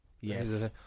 Yes